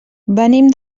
venim